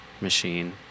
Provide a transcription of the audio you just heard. machine